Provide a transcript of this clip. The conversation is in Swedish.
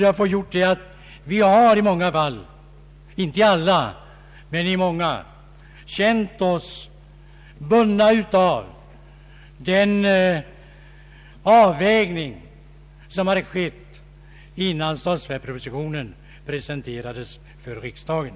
Det har gjort att vi i många fall, inte alla, har känt oss bundna av den avvägning som hade skett innan statsverkspropositionen presenterades för riksdagen.